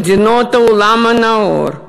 מדינות העולם הנאור,